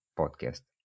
podcast